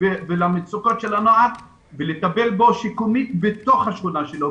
ובמצוקות של הנער ולטפל בו שיקומית בתוך השכונה שלו,